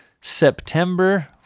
September